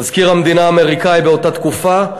מזכיר המדינה האמריקני באותה תקופה,